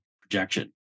projection